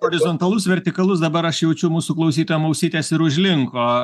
horizontalus vertikalus dabar aš jaučiu mūsų klausytojam ausytės ir užlinko